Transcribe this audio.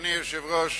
אדוני היושב-ראש,